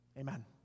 Amen